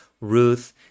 Ruth